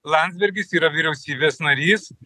landsbergis yra vyriausybės narys